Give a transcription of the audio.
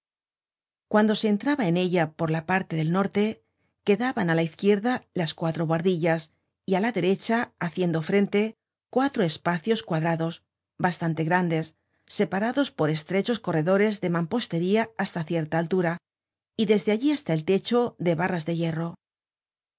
cuando se entraba en ella por la parte del norte quedaban á la izquierda las cuatro buhardillas y á la derecha haciendo frente cuatro espacios cuadrados bastante grandes separados por estrechos corredores de mampostería hasta cierta altura y desde allí hasta el techo de barras de hierro